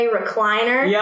recliner